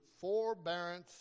forbearance